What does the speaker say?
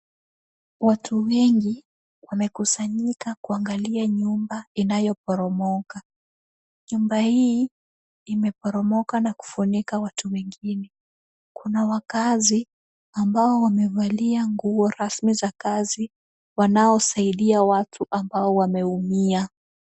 Watu wengi wamekusanyika kuangalia nyumba inayoporomoka. Nyumba hii imeporomoka na kufunika watu wengine. Kuna wakaazi ambao wamevalia nguo rasmi za kazi wanaosaidia watu ambao wameumia.